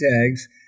tags